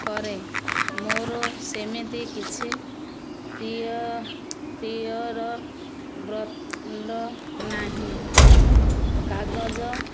କରେ ମୋର ସେମିତି କିଛି ପ୍ରିୟ ପ୍ରିୟର ବ୍ରଡ ନାହିଁ କାଗଜ